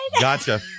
Gotcha